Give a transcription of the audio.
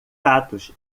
atos